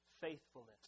faithfulness